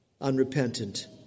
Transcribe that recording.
unrepentant